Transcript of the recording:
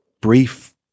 brief